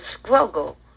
struggle